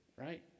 right